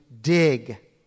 dig